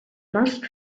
must